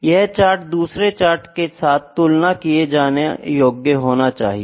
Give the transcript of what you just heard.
यह चार्ट दूसरे चार्ट के साथ तुलना किये जाने योग्य होना चाहिए